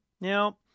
Now